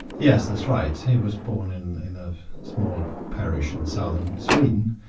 yes, that's right. he was born in in a small parish in southern sweden.